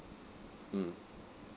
mm